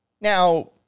Now